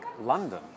london